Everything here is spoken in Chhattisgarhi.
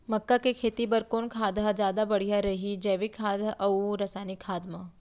मक्का के खेती बर कोन खाद ह जादा बढ़िया रही, जैविक खाद अऊ रसायनिक खाद मा?